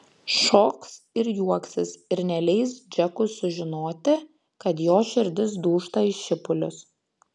šoks ir juoksis ir neleis džekui sužinoti kad jos širdis dūžta į šipulius